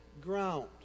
ground